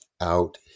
out